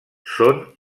són